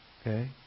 Okay